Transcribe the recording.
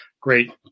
great